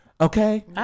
okay